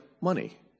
money